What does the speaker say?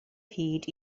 hyd